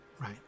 Right